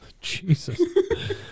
Jesus